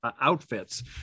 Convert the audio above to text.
outfits